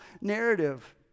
narrative